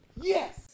yes